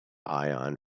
ion